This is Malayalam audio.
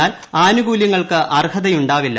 എന്നാൽ ആനുകൂല്യങ്ങൾക്ക് അർഹ്ഹതയുണ്ടാവില്ല